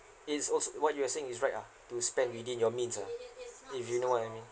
it's also what you are saying is right ah to spend within your means ah if you know what I mean